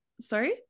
Sorry